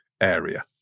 area